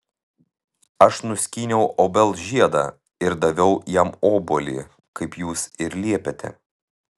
aš nuskyniau obels žiedą ir daviau jam obuolį kaip jūs ir liepėte